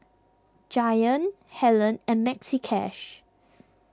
Giant Helen and Maxi Cash